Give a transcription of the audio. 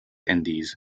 indies